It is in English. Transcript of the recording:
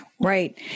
Right